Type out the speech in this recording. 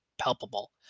palpable